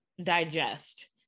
digest